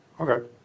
Okay